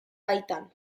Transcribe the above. baitan